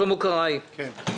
שלמה קרעי, בבקשה.